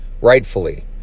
Rightfully